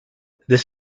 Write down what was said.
this